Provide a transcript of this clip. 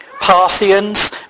Parthians